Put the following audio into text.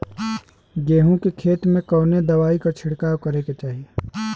गेहूँ के खेत मे कवने दवाई क छिड़काव करे के चाही?